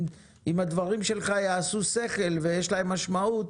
אם יהיה היגיון בדברים שלך ויש להם משמעות,